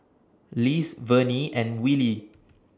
Lise Vernie and Wylie